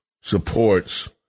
supports